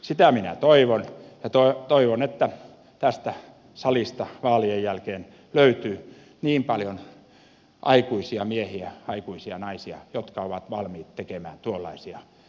sitä minä toivon ja toivon että tästä salista vaalien jälkeen löytyy niin paljon aikuisia miehiä aikuisia naisia jotka ovat valmiit tekemään tuollaisia järkeviä verouudistuksia